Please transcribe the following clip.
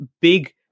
big